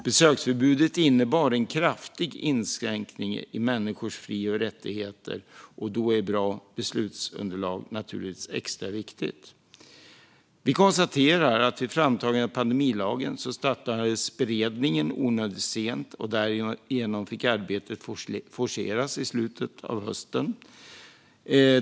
Besöksförbudet innebar en kraftig inskränkning i människors fri och rättigheter. Och då är bra beslutsunderlag naturligtvis extra viktigt. Vi konstaterar att vid framtagandet av pandemilagen startades beredningen onödigt sent, och därigenom fick arbetet forceras i slutet av hösten.